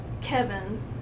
Kevin